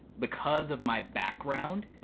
because of my background,